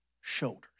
shoulders